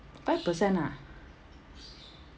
five percent ah